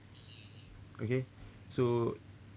okay so